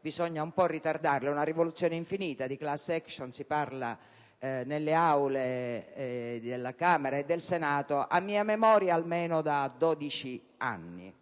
bisogna un po' ritardarle. È una rivoluzione infinita: di *class-action* si parla nelle Aule della Camera e del Senato, a mia memoria, almeno da 12 anni.